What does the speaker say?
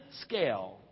scale